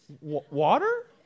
Water